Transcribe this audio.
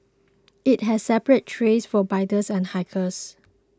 it has separate trails for bikers and hikers